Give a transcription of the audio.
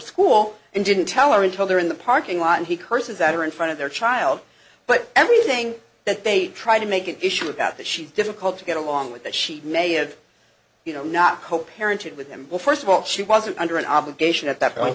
school and didn't tell her until they're in the parking lot and he curses at her in front of their child but everything that they try to make an issue about that she's difficult to get along with that she may have you know not co parenting with them well first of all she wasn't under an obligation at that point